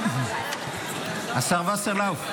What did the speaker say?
השר וסרלאוף.